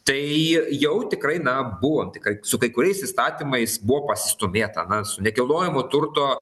tai jau tikrai na buvom tikrai su kai kuriais įstatymais buvo pasistūmėta su nekilnojamo turto